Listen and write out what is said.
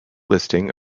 listing